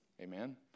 Amen